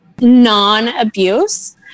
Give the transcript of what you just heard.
non-abuse